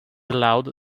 aloud